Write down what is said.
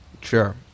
Sure